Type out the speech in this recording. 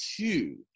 two